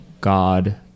god